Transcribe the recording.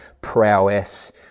prowess